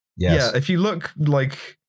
yeah if you look, like.